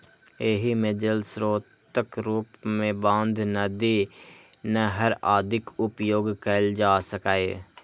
एहि मे जल स्रोतक रूप मे बांध, नदी, नहर आदिक उपयोग कैल जा सकैए